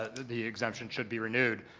the exemption should be renewed,